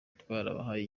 twabahaye